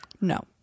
No